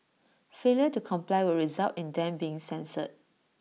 failure to comply would result in them being censured